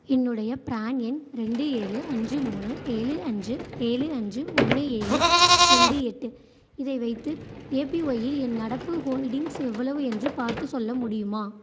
என்னுடைய ப்ரான் எண் ரெண்டு ஏழு அஞ்சு மூணு ஏழு அஞ்சு ஏழு அஞ்சு ஒன்னு ஏழு ரெண்டு எட்டு இதை வைத்து ஏபிஒய்யில் என் நடப்பு ஹோல்டிங்ஸ் எவ்வளவு என்று பார்த்துச் சொல்ல முடியுமா